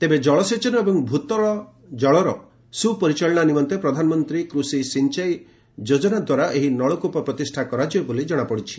ତେବେ ଜଳସେଚନ ଏବଂ ଭୂତଳ ଜଳର ସୁପରିଚାଳନା ନିମନ୍ତେ ପ୍ରଧାନମନ୍ତ୍ରୀ କୃଷି ସିଞ୍ଚାଇ ଯୋଜନା ଦ୍ୱାରା ଏହି ନଳକୂପ ପ୍ରତିଷ୍ଠା କରାଯିବ ବୋଲି ଜଣାପଡ଼ିଛି